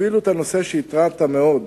אפילו את הנושא שהתרעת מאוד,